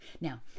Now